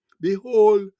Behold